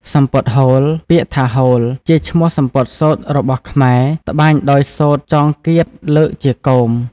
សំពត់ហូល ពាក្យថា«ហូល» ជាឈ្មោះសំពត់សូត្ររបស់ខ្មែរ ត្បាញដោយសូត្រចងគាធលើកជាគោម។